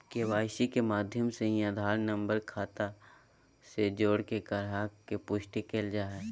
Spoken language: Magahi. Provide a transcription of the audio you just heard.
के.वाई.सी के माध्यम से ही आधार नम्बर खाता से जोड़के गाहक़ के पुष्टि करल जा हय